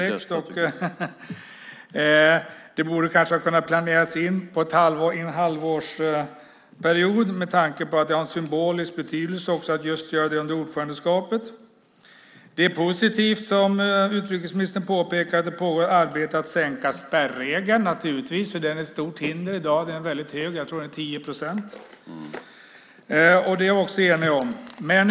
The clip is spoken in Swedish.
Ett besök borde ha kunnat planeras in under en halvårsperiod med tanke på att det har en symbolisk betydelse att det sker under ordförandeskapet. Som utrikesministern påpekade är det positivt att det pågår ett arbete för att sänka spärren. Den är ett stort hinder i dag eftersom den är så hög; jag tror att den är 10 procent. Det är vi också eniga om.